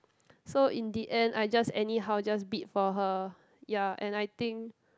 so in the end I just anyhow just bid for her ya and I think